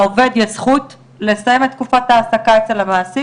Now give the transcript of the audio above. לעובד יש זכות לסיים את תקופת ההעסקה אצל המעסיק,